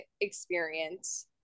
experience